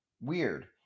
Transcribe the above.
Weird